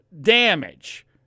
damage